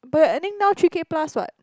but you're earning now three K plus [what]